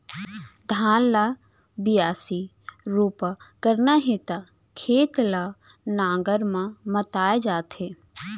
धान ल बियासी, रोपा करना हे त खेत ल नांगर म मताए जाथे